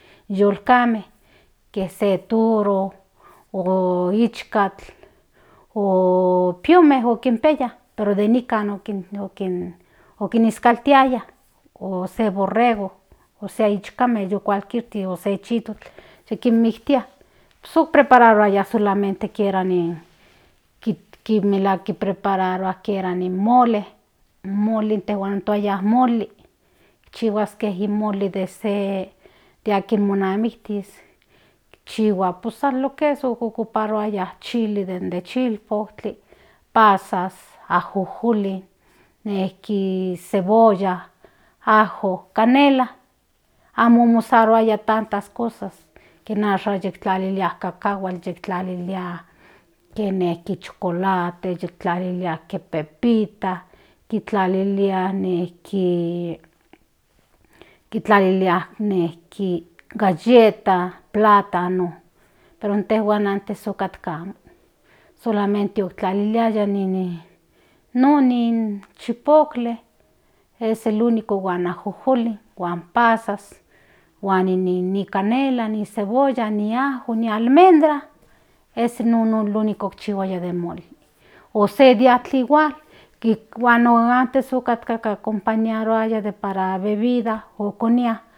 Yolkame que se toro o ichkatl o piome okinpiaya pero nikan okiniskaltiaya o se borrego se ishkame kualkisti o se chitokl se kinmiktia pus oprpararoa kiera kinmelahuak kiprepararua kierani mole in mole intejuan toaya moli chihuaske in moli de akin monamitis chihua de lo que es ocooarauaya de lo que chile dende chilpotli pzas ajojoli nejki cebolla canela amo mosaruaya tantas cosas ken ashan yiktlalilia kakahuatl kinikitlalilia chocolate tiktlalilia que pepita kintlalilia nejki galleta nijtlalilia plátano pero intejuan antes otkatka amo solamente oktlaliliaya non in chilpotli es el único huan ajojolin huan pazas huan nin canela ni cebolla ni ajo ni almendra ese yi no okchihuaya den moli o se diajtli igual para antes acompañarua in bebidas den konia.